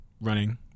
running